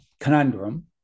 conundrum